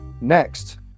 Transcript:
Next